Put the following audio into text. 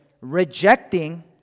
Rejecting